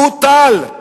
בוטל,